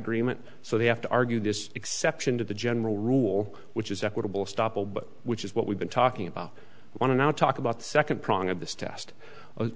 agreement so they have to argue this exception to the general rule which is equitable stoppel but which is what we've been talking about i want to now talk about the second prong of this test